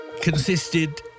consisted